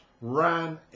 ran